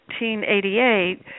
1988